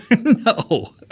No